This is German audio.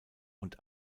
und